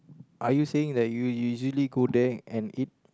are you saying that you usually go there and eat